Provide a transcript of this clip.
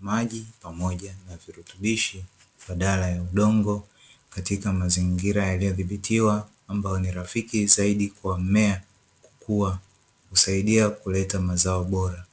maji pamoja na vitutubishi badala ya udongo, katika mazingira yaliyo dhibitiwa ambayo ni rafiki zaidi kwa mmea kukua kusaidia kuleta mazao bora.